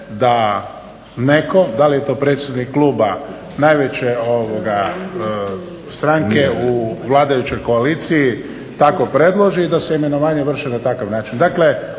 da netko, da li je to predsjednik kluba najveće stranke u vladajućoj koaliciji tako predloži, i da se imenovanja vrše na takav način.